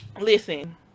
listen